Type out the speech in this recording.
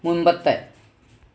മുമ്പത്തെ